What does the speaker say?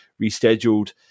rescheduled